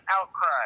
outcry